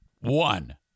one